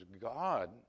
God